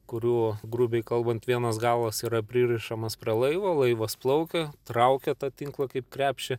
kurių grubiai kalbant vienas galas yra pririšamas prie laivo laivas plaukia traukia tą tinklą kaip krepšį